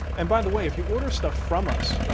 and by the way, if you order stuff from us,